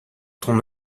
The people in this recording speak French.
ton